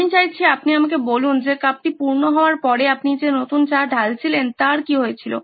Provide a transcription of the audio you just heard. আমি চাইছি আপনি আমাকে বলুন যে কাপটি পূর্ণ হওয়ার পরে আপনি যে নতুন চা ঢালছিলেন তার কী হয়েছিল